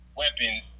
weapons